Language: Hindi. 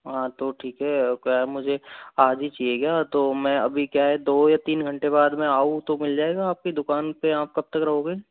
हाँ तो ठीक है वो क्या मुझे आज ही चाहिए क्या तो मैं अभी क्या है दो या तीन घंटे बाद में आऊ तो मिल जाएगा आपके दुकान पे आप कब तक रहोगे